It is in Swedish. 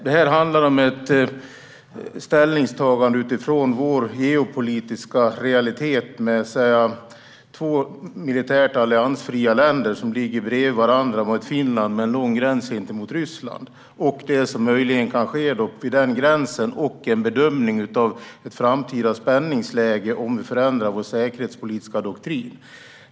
Det handlar om ett ställningstagande utifrån vår geopolitiska realitet där två militärt alliansfria länder ligger bredvid varandra och Finland har en lång gräns mot Ryssland, vad som kan hända vi denna gräns och en bedömning av ett framtida spänningsläge om vi förändrar vår säkerhetspolitiska doktrin.